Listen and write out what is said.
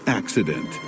accident